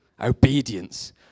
Obedience